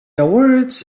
awards